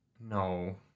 No